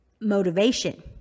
motivation